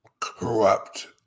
corrupt